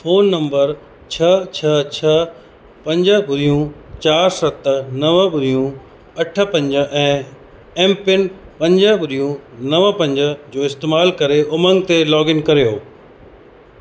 phone number छह छह छह पंज ॿुड़ियूं चारि सत नवं ॿुड़ियूं अठ पंज ऐं एमपिन पंज ॿुड़ियूं नवं पंज जो इस्तेमालु करे उमंग ते लोगइन करियो